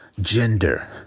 gender